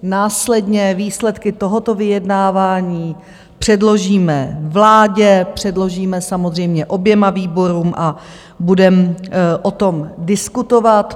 Následně výsledky tohoto vyjednávání předložíme vládě, předložíme samozřejmě oběma výborům a budeme o tom diskutovat.